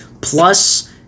Plus